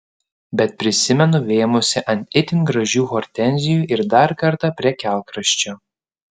bet prisimenu vėmusi ant itin gražių hortenzijų ir dar kartą prie kelkraščio